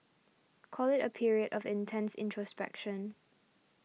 call it a period of intense introspection